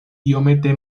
iomete